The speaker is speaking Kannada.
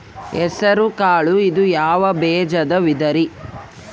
ಹೆಸರುಕಾಳು ಇದು ಯಾವ ಬೇಜದ ವಿಧರಿ?